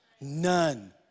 None